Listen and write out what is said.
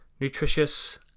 nutritious